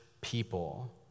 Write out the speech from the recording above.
people